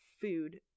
food